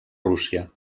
rússia